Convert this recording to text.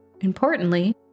importantly